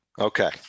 Okay